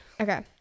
Okay